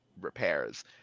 repairs